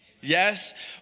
Yes